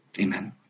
amen